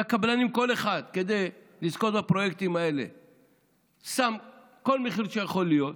והקבלנים, כל אחד שם כל מחיר שיכול להיות